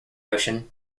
ocean